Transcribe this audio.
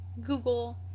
Google